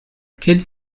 kids